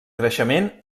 creixement